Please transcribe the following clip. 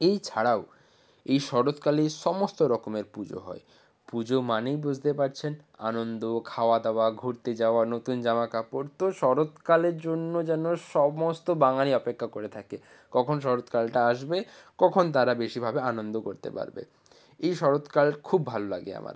এই ছাড়াও এই শরৎকালে সমস্ত রকমের পুজো হয় পুজো মানেই বুঝতে পারছেন আনন্দ খাওয়া দাওয়া ঘুরতে যাওয়া নতুন জামা কাপড় তো শরৎকালের জন্য যেন সমস্ত বাঙালি অপেক্ষা করে থাকে কখন শরৎকালটা আসবে কখন তারা বেশিভাবে আনন্দ করতে পারবে এই শরৎকাল খুব ভালো লাগে আমার